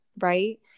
Right